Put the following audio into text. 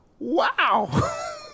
Wow